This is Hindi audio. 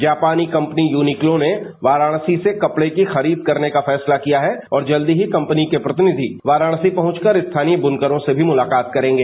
जापानी कंपनी यूनीक्लो ने वाराणसी से कपड़े की खरीद करने का फैसला किया है और जल्दी ही कंपनी के प्रतिनिधि वाराणसी पहुंच कर स्थानीय बुनकरों से भी मुलाकात करेंगे